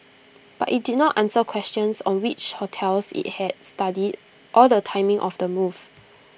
but IT did not answer questions on which hotels IT had studied or the timing of the move